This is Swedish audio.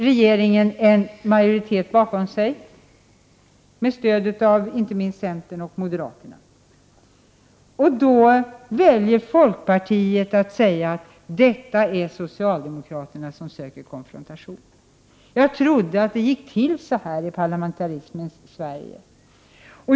Regeringen får alltså en majoritet bakom sig, med stöd av inte minst centern och moderaterna. Då väljer folkpartiet att säga: Socialdemokraterna söker konfrontation. Jag trodde att det gick till så här i parlamentarismens Sverige.